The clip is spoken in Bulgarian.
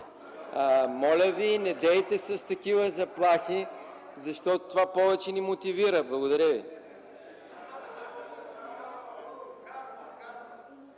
Моля Ви, недейте с такива заплахи, защото това повече ни мотивира. Благодаря ви.